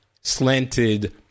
slanted